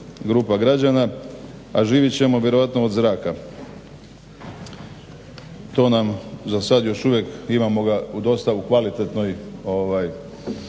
grupa građana, a živjet ćemo vjerojatno od zraka. To nam zasad još uvijek imamo ga u dosta kvalitetnoj